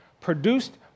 produced